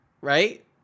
Right